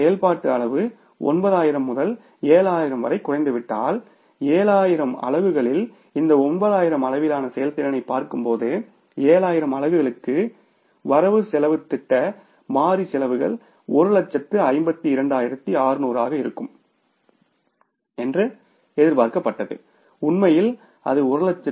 செயல்பாட்டு அளவு 9000 முதல் 7000 வரை குறைந்துவிட்டால் 7000 அலகுகளில் இந்த 9000 அளவிலான செயல்திறனைப் பார்க்கும்போது 7000 அலகுகளுக்கு வரவு செலவுத் திட்ட மாறி செலவுகள் 152600 ஆக இருக்கும் என்று எதிர்பார்க்கப்பட்டது உண்மையில் அது 158270